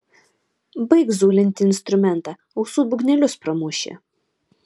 baik zulinti instrumentą ausų būgnelius pramuši